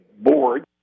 board